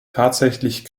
tatsächlich